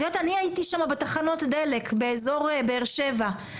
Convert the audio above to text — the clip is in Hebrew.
אני הייתי שם בתחנות דלק באיזור באר שבע.